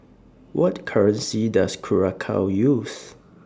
What currency Does Curacao use